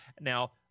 Now